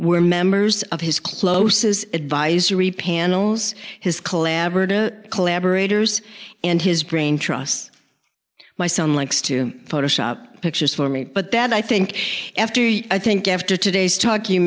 were members of his closest advisory panels his collaborative collaborators and his brain trusts my son likes to photoshop pictures for me but that i think after i think after today's talk